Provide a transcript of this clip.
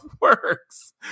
works